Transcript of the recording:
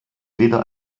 weder